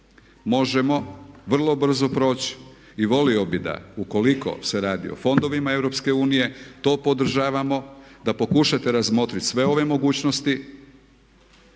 možemo vrlo brzo proći i volio bih da ukoliko se radi o fondovima EU to podržavamo, da pokušate razmotriti sve ove mogućnosti.